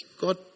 God